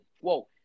Whoa